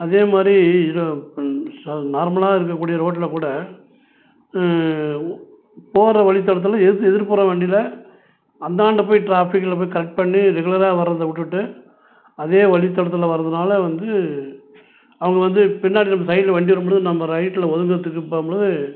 அதேமாதிரி இதில் இப்போ நார்மலாக இருக்கக்கூடிய ரோட்டில் கூட போகிற வழித்தடத்துல எதுக்க எதிர்புறம் வண்டியில் அந்தாண்ட போய் ட்ராஃபிக்கில் போய் கட் பண்ணி ரெகுலராக வர்றதை விட்டுட்டு அதே வழித்தடத்துல வர்றதுனால வந்து அவங்க வந்து பின்னாடி நம்ம சைடில் வண்டி வரும்பொழுது நம்ம ரைட்டில் ஒதுங்கிறத்துக்கு போகும்பொழுது